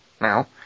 now